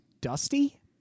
Dusty